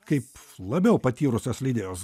kaip labiau patyrusios leidėjos